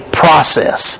process